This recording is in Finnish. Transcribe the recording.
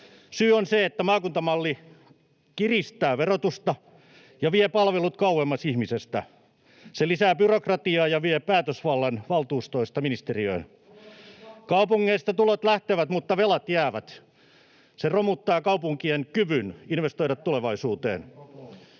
Syy on se, että maakuntamalli kiristää verotusta ja vie palvelut kauemmas ihmisestä. Se lisää byrokratiaa ja vie päätösvallan valtuustoista ministeriöön. [Antti Kurvinen: Haluatteko faktoja?] Kaupungeista tulot lähtevät, mutta velat jäävät. Se romuttaa kaupunkien kyvyn investoida tulevaisuuteen.